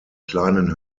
kleinen